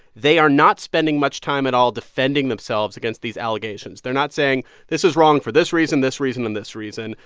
they are not spending much time at all defending themselves against these allegations. they're not saying this is wrong for this reason, this reason and this reason.